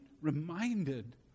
reminded